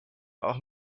auch